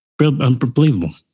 unbelievable